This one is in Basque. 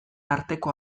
arteko